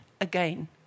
again